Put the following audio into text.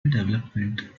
development